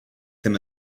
them